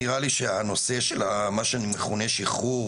נראה לי שהנושא של מה שמכונה שחרור